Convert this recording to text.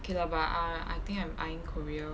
okay lah but I I think I'm eyeing korea